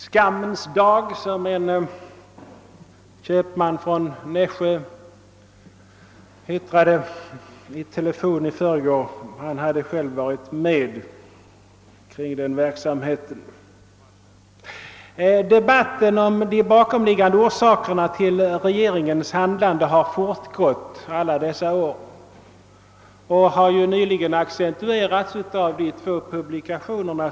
»Skammens dag» kallade en köpman från Nässjö den i telefon i förrgår; han hade själv tillfälle att på nära håll iaktta vad som hände den gången. Debatten om orsakerna till regeringens handlande har fortgått under alla dessa år och har nyligen aktualiserats av två publikationer.